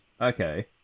Okay